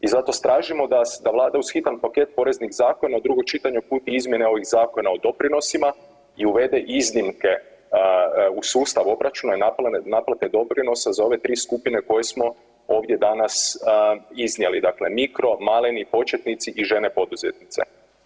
I zato tražimo da Vlada uz hitan paket poreznih zakona u drugo čitanje uputi izmjene ovih zakona o doprinosima i uvede iznimke u sustav obračuna i naplate doprinosa za ove tri skupine koje smo ovdje danas iznijeli, dakle mikro, maleni početnici i žene poduzetnice.